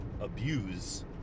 abuse